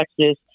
Texas